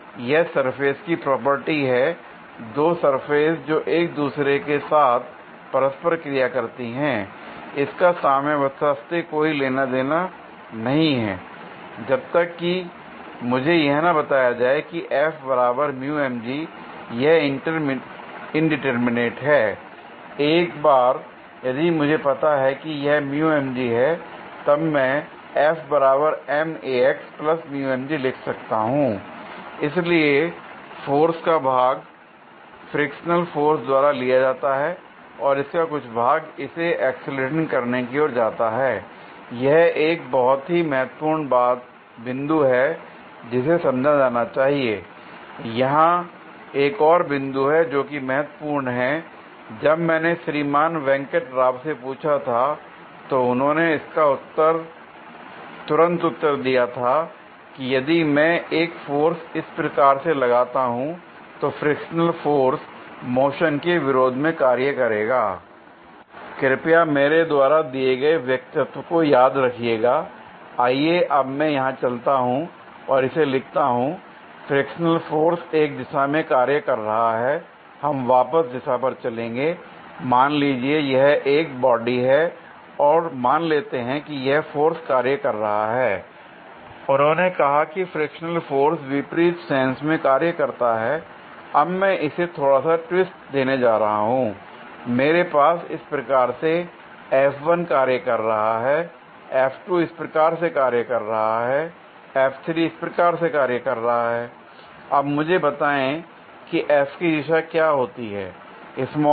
यह सरफेस की प्रॉपर्टी है दो सरफेसस जो एक दूसरे के साथ परस्पर क्रिया करती हैं l इसका साम्यावस्था से कोई लेना देना नहीं है l जब तक कि मुझे यह ना बताया जाए की यह इंडिटरमिनेट है l एक बार यदि मुझे पता है की यह है तब मैं लिख सकता हूं l इसलिए फोर्स का भाग फ्रिक्शनल फोर्स द्वारा लिया जाता है और इसका कुछ भाग इसे एक्सीलरेटिंग करने की ओर जाता है l यह एक बहुत ही महत्वपूर्ण बिंदु है जिसे समझा जाना चाहिए l यहां एक और बिंदु है जोकि बहुत महत्वपूर्ण है जब मैंने श्रीमान वेंकटराव से पूछा था तो उन्होंने उसका तुरंत उत्तर दिया था कि यदि मैं एक फोर्स इस प्रकार से लगाता हूं तो फ्रिक्शनल फोर्स मोशन के विरोध में कार्य करेगा l कृपया मेरे द्वारा दिए गए वक्तव्य को याद रखिएगा l आइए अब मैं यहां चलता हूं और इसे लिखता हूं फ्रिक्शनल फोर्स एक दिशा में कार्य कर रहा है हम वापस दिशा पर चलेंगेl मान लीजिए यह एक बॉडी है और मान लेते हैं कि यह फोर्स कार्य कर रहा है l उन्होंने कहा कि फ्रिक्शनल फोर्स विपरीत सेंस में कार्य करता है l अब मैं इसे थोड़ा सा ट्विस्ट देने जा रहा हूं मेरे पास इस प्रकार से कार्य कर रहा है इस प्रकार से कार्य कर रहा है इस प्रकार से कार्य कर रहा है l अब मुझे बताएं कि f की दिशा क्या होती है स्मॉल f